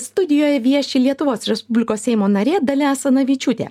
studijoje vieši lietuvos respublikos seimo narė dalia asanavičiūtė